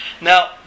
Now